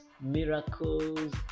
miracles